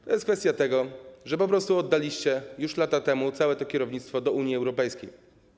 To jest kwestia tego, że po prostu oddaliście już lata temu całe to kierownictwo do Unii Europejskiej.